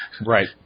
Right